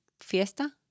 fiesta